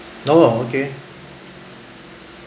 oh okay